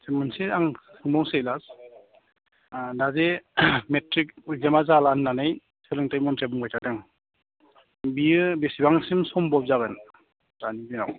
मोनसे आं सोंबावसै लास दा जे मेट्रिक इकजामा जाला होन्नानै सोलोंथाइ मन्त्रिया बुंबाय थादों बियो बेसेबांसिम समब्भ जागोन दानि दिनाव